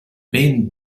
ben